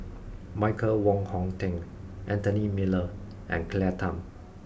Michael Wong Hong Teng Anthony Miller and Claire Tham